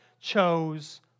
chose